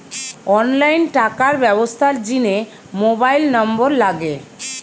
online টাকার ব্যবস্থার জিনে মোবাইল নম্বর লাগে